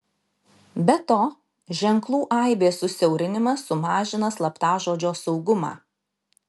be to ženklų aibės susiaurinimas sumažina slaptažodžio saugumą